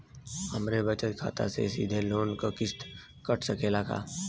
हमरे बचत खाते से सीधे लोन क किस्त कट सकेला का?